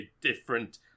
different